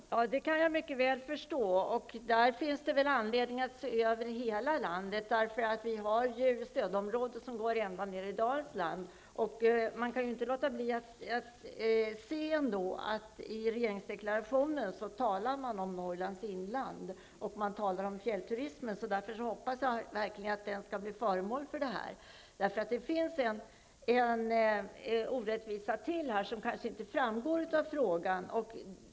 Herr talman! Det kan jag mycket väl förstå. Men det finns anledning att se över hela landet. Vi har stödområden som går ända ner i Dalsland. Man kan inte låta bli att påminna om att det i regeringsdeklarationen talas om Norrlands inland och om fjällturismen. Jag hoppas verkligen att dessa områden skall bli föremål för denna nedsättning. Det finns ytterligare rättvisa som kanske inte framgår av frågan.